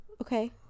Okay